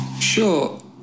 Sure